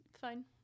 fine